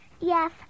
Yes